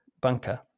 bunker